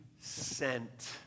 sent